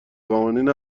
قوانین